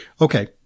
Okay